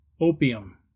opium